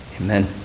Amen